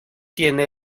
tiene